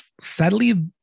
sadly